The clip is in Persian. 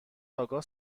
آگاه